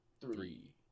three